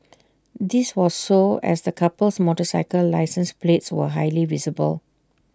this was so as the couple's motorcycle license plates were highly visible